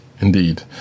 indeed